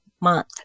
month